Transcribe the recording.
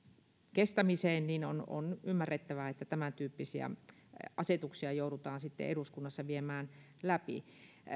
kestämiseen niin on on ymmärrettävää että tämäntyyppisiä asetuksia joudutaan sitten eduskunnassa viemään läpi